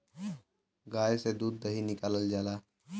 गाय से दूध दही निकालल जाला